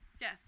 Yes